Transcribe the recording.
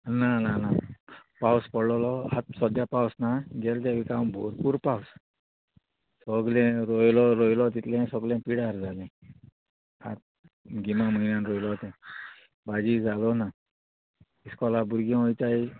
ना ना ना पावस पडलोलो आतां सोद्द्या पावस ना गेले त्या विका भोरपूर पावस सोगले रोयलो रोयलो तितलें सोगलें पिडार जालें आतां गिमा म्हयन्यान रोंयलो तें भाजी जालो ना इस्कोला भुरगीं वोयताय